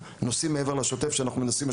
אלה הם נושאים מעבר לשוטף שאנחנו מנסים מה